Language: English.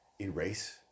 erase